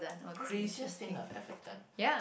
craziest thing I've ever done